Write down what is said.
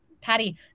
patty